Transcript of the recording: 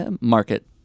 market